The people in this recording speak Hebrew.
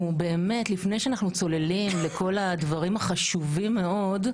לפני שאנחנו צוללים לכל הדברים החשובים מאוד,